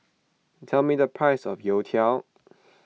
tell me the price of Youtiao